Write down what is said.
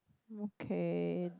okay